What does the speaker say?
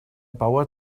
bauer